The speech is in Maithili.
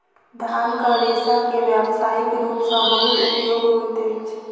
धानक रेशा के व्यावसायिक रूप सॅ बहुत उपयोग होइत अछि